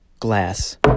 Glass